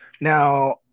Now